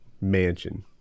mansion